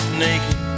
naked